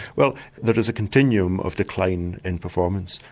well there is a continuum of decline in performance,